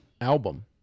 album